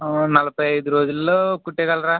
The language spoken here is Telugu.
ఓ నలభై ఐదు రోజుల్లో కుట్టేయగలరా